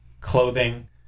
clothing